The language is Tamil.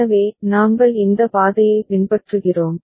எனவே நாங்கள் இந்த பாதையை பின்பற்றுகிறோம்